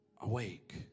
Awake